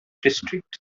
district